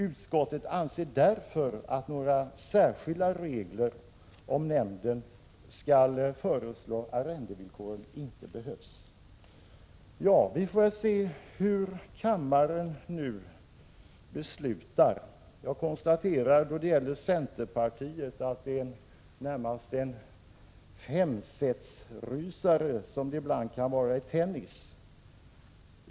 Utskottet anser därför att några särskilda regler om att nämnden skall föreslå arrendevillkoren inte behövs.” Vi får väl se hur kammaren nu beslutar. Jag konstaterar då det gäller centerpartiet att det närmast är en femsetsrysare, som det ibland kan vara i tennis.